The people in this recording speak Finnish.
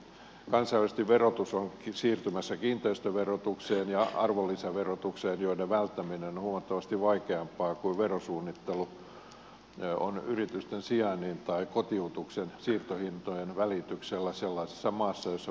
kansainvälisesti verotus onkin siirtymässä kiinteistöverotukseen ja arvonlisäverotukseen joiden välttäminen on huomattavasti vaikeampaa kuin verosuunnittelu on yritysten sijainnin tai kotiutuksen siirtohintojen välityksellä sellaisessa maassa jossa verokanta on alhainen